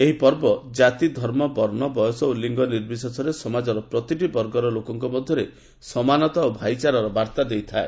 ଏହି ପର୍ବ ଜାତି ଧର୍ମ ବର୍ଣ୍ଣ ବୟସ ଲିଙ୍ଗ ନିର୍ବଶେଷରେ ସମାଜର ପ୍ରତିଟି ବର୍ଗର ଲୋକଙ୍କ ମଧ୍ୟରେ ସମାନତା ଓ ଭାଇଚାରାର ବାର୍ତ୍ତା ଦେଇଥାଏ